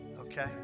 Okay